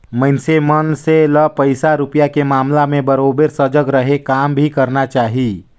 मइनसे मन से ल पइसा रूपिया के मामला में बरोबर सजग हरे काम भी करना चाही